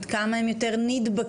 עד כמה הם יותר נדבקים?